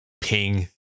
ping